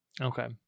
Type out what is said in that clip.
Okay